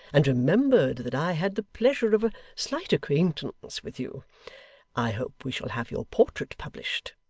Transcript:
and remembered that i had the pleasure of a slight acquaintance with you i hope we shall have your portrait published